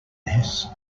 this